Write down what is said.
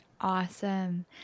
Awesome